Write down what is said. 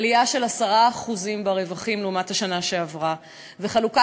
עלייה של 10% ברווחים לעומת השנה שעברה וחלוקת